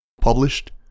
Published